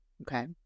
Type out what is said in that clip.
Okay